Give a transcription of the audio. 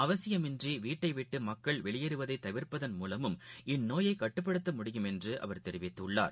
அவசியம் இன்றிவீட்டைவிட்டுமக்கள் வெளியேறுவதைதவிர்ப்பதன் மூலமும் இந்நோயைகட்டுப்படுத்த முடியும் என்றுஅவர் தெரிவித்துள்ளார்